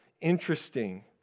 interesting